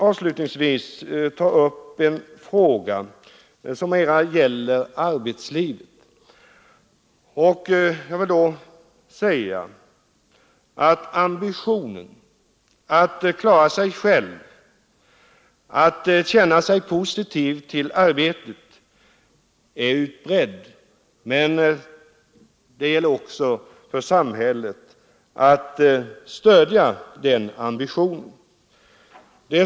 Avslutningsvis vill jag ta upp en fråga som gäller arbetslivet. Ambitionen att klara sig själv, att känna sig positiv till arbetet, är utbredd, men det gäller också för samhället att uppmuntra den ambitionen.